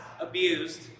abused